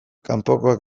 kanpokoak